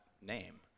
name